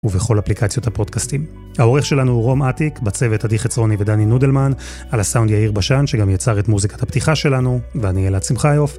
ובכל אפליקציות הפרודקסטים. האורך שלנו הוא רום עתיק, בצוות אדיחת זרוני ודני נודלמן, על הסאונד יאיר בשן, שגם ייצר את מוזיקת הפתיחה שלנו, ואני אלעד שמחאיוב.